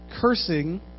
cursing